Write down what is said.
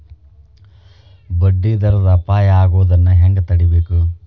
ಬಡ್ಡಿ ದರದ್ ಅಪಾಯಾ ಆಗೊದನ್ನ ಹೆಂಗ್ ತಡೇಬಕು?